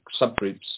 subgroups